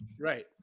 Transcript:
Right